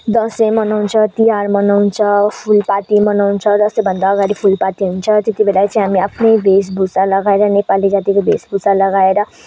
दसैँ मनाउँछ तिहार मनाउँछ फुलपाती मनाउँछ दसैँभन्दा अगाडि फुलपाती हुन्छ त्यति बेला चाहिँ हामी आफ्नै भेषभूषा लगाएर नेपाली जातिको भेषभूषा लगाएर